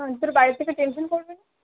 শোন তোর বাড়ি থেকে টেনশান করবে না